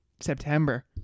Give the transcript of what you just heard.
September